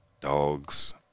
dogs